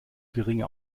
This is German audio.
geringe